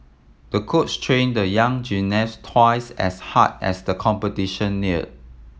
the coach trained the young gymnast twice as hard as the competition near